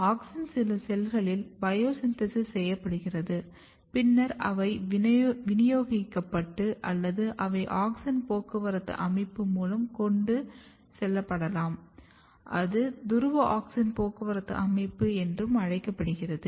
auxin சில செல்களில் biosynthesis செய்யப்படுகிறது பின்னர் அவை விநியோகிக்கப்படும் அல்லது அவை ஆக்ஸின் போக்குவரத்து அமைப்பு மூலம் கொண்டு செல்லப்படலாம் அது துருவ ஆக்ஸின் போக்குவரத்து அமைப்பு என்றும் அழைக்கப்படுகிறது